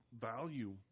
value